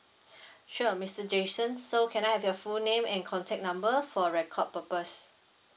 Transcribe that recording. sure mister jason so can I have your full name and contact number for record purpose